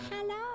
Hello